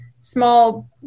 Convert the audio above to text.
small